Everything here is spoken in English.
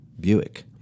Buick